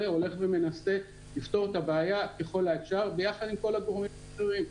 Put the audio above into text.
הולך ומנסה לפתור את הבעיה ככל האפשר יחד עם כל הגורמים האחרים.